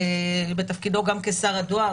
בתפקידו גם כשר הדואר,